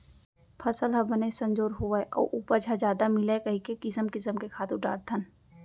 फसल ह बने संजोर होवय अउ उपज ह जादा मिलय कइके किसम किसम के खातू डारथन